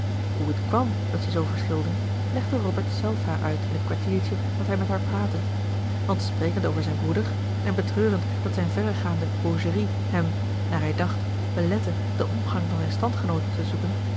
hoe het kwam dat zij zoo verschilden legde robert zelf haar uit in het kwartiertje dat hij met haar praatte want sprekend over zijn broeder en betreurend dat zijn verregaande gaucherie hem naar hij dacht belette den omgang van zijn standgenooten te zoeken